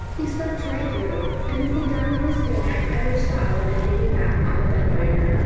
he slept right through and was the darlingest thing i ever saw when i laid him back on the bed by her.